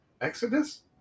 Exodus